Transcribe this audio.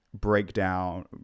Breakdown